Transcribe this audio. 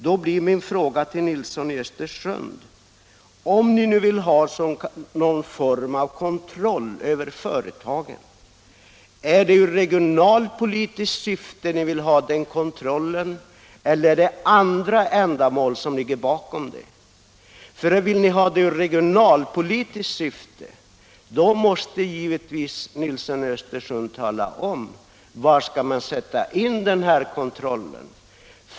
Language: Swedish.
Då blir min fråga till herr Nilsson i Östersund: Om ni vill ha någon form av kontroll över företagen, är det i så fall i regionalpolitiskt syfte eller är det andra önskemål som ligger bakom? Vill ni ha en kontroll i regionalpolitiskt syfte, måste givetvis herr Nilsson tala om var man skall sätta in den kontrollen.